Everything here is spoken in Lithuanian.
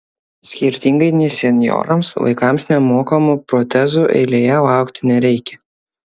skirtingai nei senjorams vaikams nemokamų protezų eilėje laukti nereikia